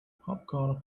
popcorn